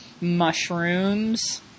Mushrooms